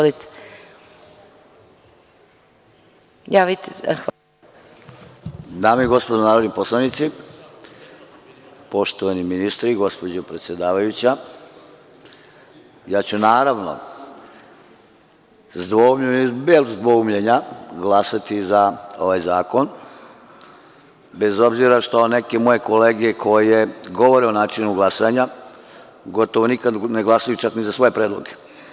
Dame i gospodo narodni poslanici, poštovani ministri, gospođo predsedavajuća, ja ću bez dvoumljenja glasati za ovaj zakon, bez obzira što neke moje kolege govore o načinu glasanja, gotovo nikad ne glasaju za svoje predloge.